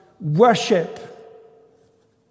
Worship